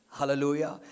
Hallelujah